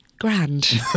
grand